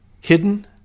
hidden